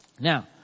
Now